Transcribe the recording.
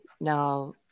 now